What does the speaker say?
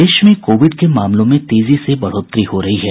प्रदेश में कोविड के मामलों में तेजी से बढ़ोतरी हो रही है